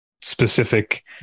specific